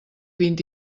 vint